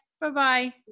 Bye-bye